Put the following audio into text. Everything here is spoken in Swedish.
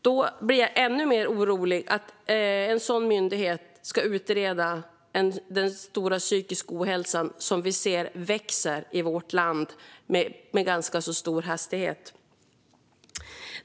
Jag blir ännu mer orolig då en sådan myndighet ska utreda den stora psykiska ohälsa som vi ser växa i vårt land med ganska stor hastighet.